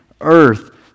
earth